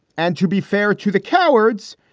and to be fair to the cowards,